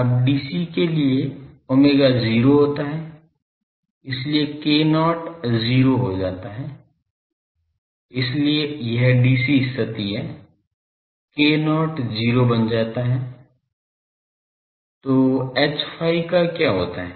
अब dc के लिए omega 0 होता है इसलिए k0 0 हो जाता है इसलिए यह dc स्थिति है k0 0 बन जाता है तो Hϕ का क्या होता है